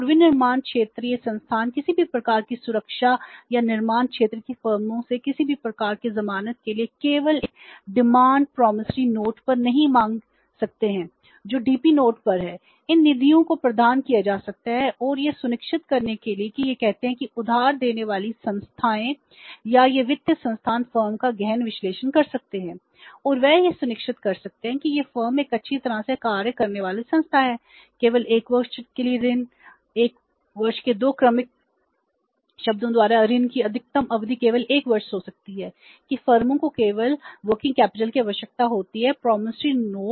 और विनिर्माण क्षेत्र ये संस्थान किसी भी प्रकार की सुरक्षा या निर्माण क्षेत्र की फर्मों से किसी भी प्रकार की जमानत के लिए केवल एक डिमांड प्रॉमिसरी नोट पर नहीं मांग सकते हैं जो डीपी नोट